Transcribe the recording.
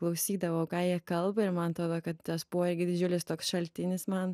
klausydavau ką jie kalba ir man atrodo kad tas buvo irgi didžiulis toks šaltinis man